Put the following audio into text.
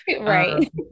Right